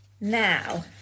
now